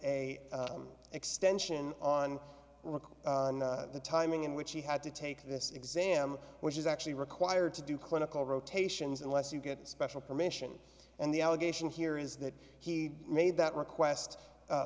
a extension on recall the timing in which he had to take this exam which is actually required to do clinical rotations unless you get special permission and the allegation here is that he made that request